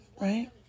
right